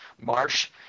Marsh